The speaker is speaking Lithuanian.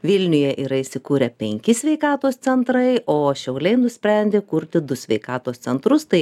vilniuje yra įsikūrę penki sveikatos centrai o šiauliai nusprendė kurti du sveikatos centrus tai